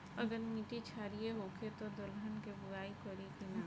अगर मिट्टी क्षारीय होखे त दलहन के बुआई करी की न?